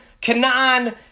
Canaan